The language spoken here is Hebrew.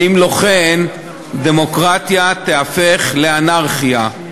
שאם לא כן, דמוקרטיה תיהפך לאנרכיה.